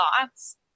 thoughts –